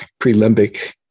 prelimbic